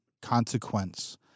consequence